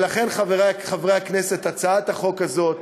ולכן, חברי חברי הכנסת, הצעת החוק הזאת